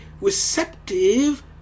receptive